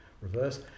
reverse